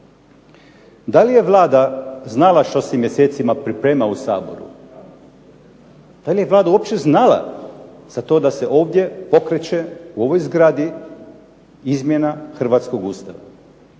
Da li je Vlada što se mjesecima priprema u Saboru? Da li je Vlada uopće znala za to da se ovdje pokreće u ovoj zgradi izmjena Hrvatskog ustava?